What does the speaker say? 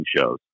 shows